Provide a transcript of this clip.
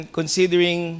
considering